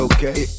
Okay